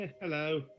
Hello